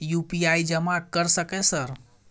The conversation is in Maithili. यु.पी.आई जमा कर सके सर?